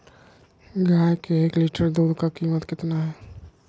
गाय के एक लीटर दूध का कीमत कितना है?